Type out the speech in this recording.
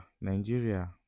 Nigeria